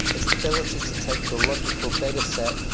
it's the ability to take your logical dataset,